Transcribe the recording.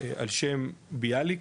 על שם ביאליק,